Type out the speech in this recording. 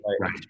right